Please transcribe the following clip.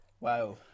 Wow